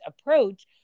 approach